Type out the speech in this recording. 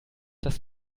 das